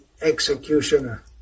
executioner